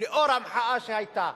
לאור המחאה שהיתה,